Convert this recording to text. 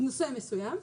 נושא מסוים,